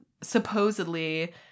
supposedly